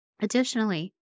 Additionally